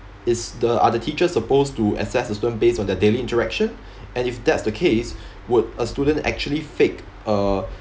is the are the teachers supposed to assess the student based on their daily interaction and if that's the case would a student actually fake uh